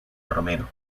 romero